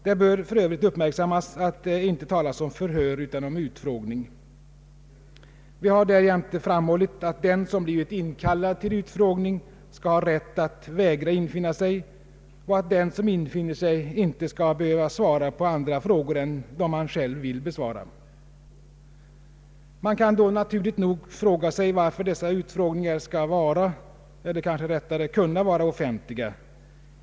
Det bör för övrigt uppmärksammas, att det inte talas om förhör utan om utfrågning. Vi har därjämte framhållit att den som blivit inkallad till utfrågning skall ha rätt att vägra infinna sig och att den som infinner sig inte skall behöva svara på andra frågor än dem han själv vill besvara. Man kan då naturligt nog undra varför dessa utfrågningar skall vara eller kanske rättare kan vara offentliga.